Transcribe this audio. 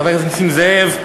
חבר הכנסת נסים זאב,